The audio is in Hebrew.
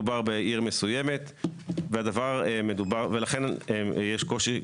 מדובר בעיר מסוימת ולכן יש קושי,